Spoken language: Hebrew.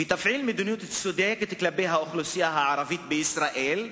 ותפעיל מדיניות צודקת כלפי האוכלוסייה הערבית בישראל,